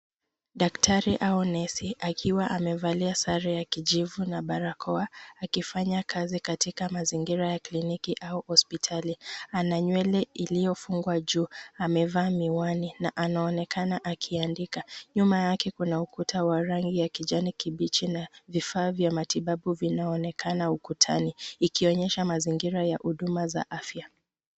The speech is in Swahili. Daktari au nesi akiwa amevalia sare ya kijivu na barakoa, akifanya kazi katika mazingira ya kliniki au hospitali. Ana nywele iliyofungwa juu, amevaa miwani na anaonekana akiandika. Nyuma yake kuna ukuta wa rangi ya kijani kibichi na vifaa vya matibabu vinaonekana ukutani, ikionesha mazingira ya huduma za afya.